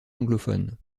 anglophone